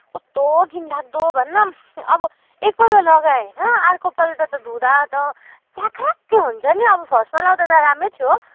कस्तो घिनलाग्दो भन् न अब एकपल्ट लगाए होइन अर्कोपल्ट त धुँदा त च्याख्रक्क हुन्छ नि अब फर्स्टमा लाउँदा त राम्रै थियो